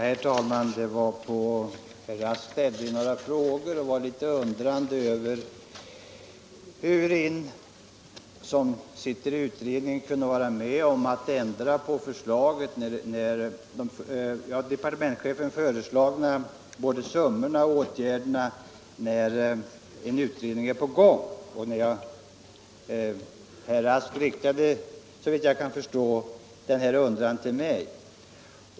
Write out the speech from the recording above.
Herr talman! Herr Rask undrade hur man kunde vara med om att ändra på departementschefens förslag när man ingår i den utredning som arbetar med frågan. Såvitt jag förstår syftade herr Rask därvid på mig.